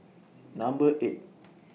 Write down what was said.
Number eight